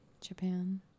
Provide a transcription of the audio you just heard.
Japan